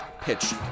pitch